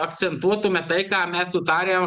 akcentuotume tai ką mes sutarę